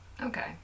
Okay